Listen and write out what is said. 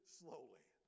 slowly